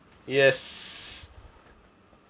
yes